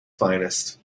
finest